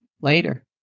later